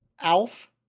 Alf